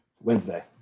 Wednesday